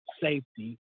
safety